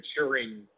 maturing